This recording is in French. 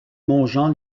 montjean